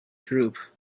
droop